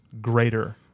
greater